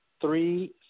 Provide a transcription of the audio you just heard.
three